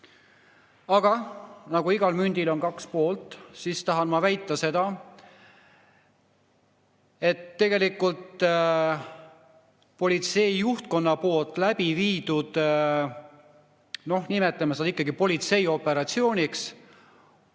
Aga igal mündil on kaks poolt ja ma tahan väita seda, et tegelikult politsei juhtkonna poolt läbiviidu, nimetame seda ikkagi politseioperatsiooniks,